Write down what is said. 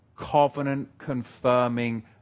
covenant-confirming